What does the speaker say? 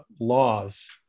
laws